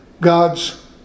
God's